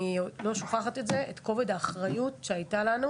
את כובד האחריות שהייתה לנו